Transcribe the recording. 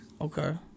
Okay